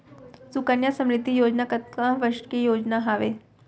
सुकन्या समृद्धि योजना कतना वर्ष के योजना हावे?